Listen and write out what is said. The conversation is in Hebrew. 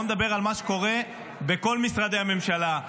בוא נדבר על מה שקורה בכל משרדי הממשלה,